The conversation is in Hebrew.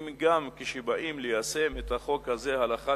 אם גם כשבאים ליישם את החוק הזה הלכה